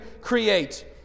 create